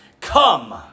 come